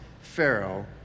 Pharaoh